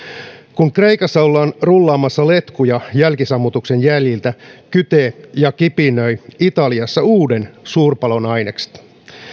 kun kreikassa ollaan rullaamassa letkuja jälkisammutuksen jäljiltä kytevät ja kipinöivät italiassa uuden suurpalon ainekset